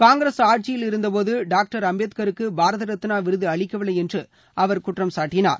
காங்கிரஸ் ஆட்சியில் இருந்தபோது டாக்டர் அம்பேத்காருக்கு பாரத ரத்னா விருது அளிக்கவில்லை என்று அவர் குற்றம் சாட்டினார்